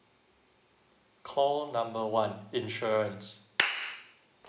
call number one insurance